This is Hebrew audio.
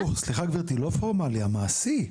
סליחה גבירתי, לא הפורמלי; המעשי.